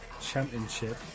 Championship